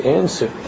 answer